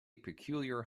peculiar